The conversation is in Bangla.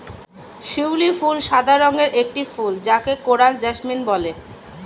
শিউলি ফুল সাদা রঙের একটি ফুল যাকে কোরাল জেসমিন বলে